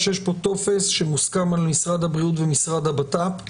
בדיקתן ומסירת הממצאים לנפגע,